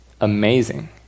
amazing